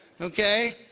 Okay